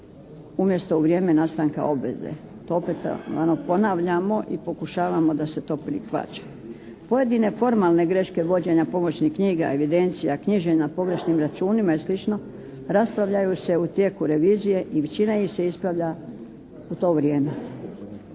umjesto u vrijeme nastanka obveze. To opet ono ponavljamo i pokušavamo da se to prihvaća. Pojedine formalne greške vođenja pomoćnih knjiga, evidencija, knjiženja na pogrešnim računima i sl. raspravljaju se u tijeku revizija i većina ih se ispravlja u to vrijeme.